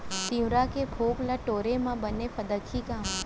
तिंवरा के फोंक ल टोरे म बने फदकही का?